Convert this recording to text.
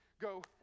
go